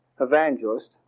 evangelist